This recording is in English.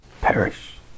perish